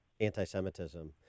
anti-Semitism